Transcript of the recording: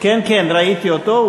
כן כן, ראיתי אותו.